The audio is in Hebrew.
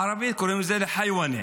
בערבית קוראים לזה חיוואנאת,